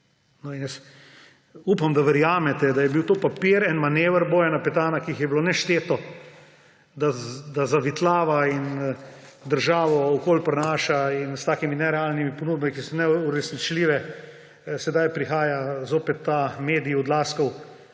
Upam, da verjamete, da je bil to papir, en manever Bojana Petana, ki jih je bilo nešteto, da zavitlava in državo okoli prinaša. In s takimi nerealnimi ponudbami, ki so neuresničljive, sedaj zopet prihaja ta Odlazkov